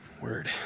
word